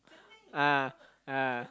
ah ah